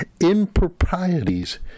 improprieties